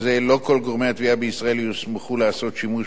התביעה בישראל יוסמכו לעשות שימוש בכלי החדש.